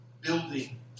building